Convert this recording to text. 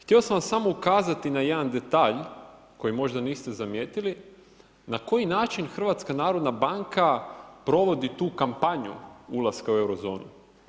Htio sam vam samo ukazati na jedan detalj koji možda niste zamijetili na koji način HNB provodi tu kampanju ulaska u Eurozonu.